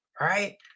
right